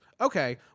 Okay